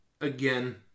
again –